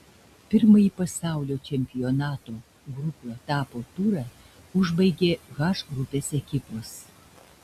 pirmąjį pasaulio čempionato grupių etapo turą užbaigė h grupės ekipos